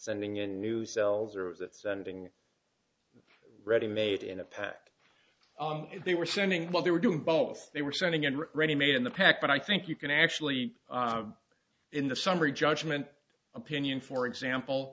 sending in new cells or was it sending ready made in a pack they were sending while they were doing both they were sending in ready made in the pack but i think you can actually in the summary judgment opinion for example